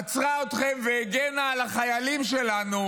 עצרה אתכם והגנה על החיילים שלנו,